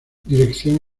dirección